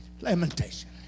lamentation